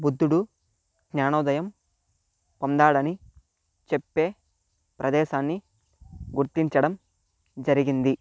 బుద్ధుడు జ్ఞానోదయం పొందాడని చెప్పే ప్రదేశాన్ని గుర్తించడం జరిగింది